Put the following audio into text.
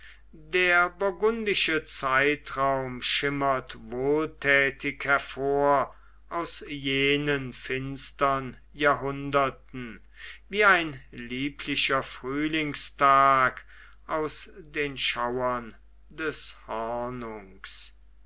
der burgundische zeitraum schimmert wohlthätig hervor aus jenen finstern jahrhunderten wie ein lieblicher frühlingstag aus den schauern des hornungs